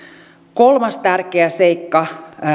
kolmas tärkeä seikka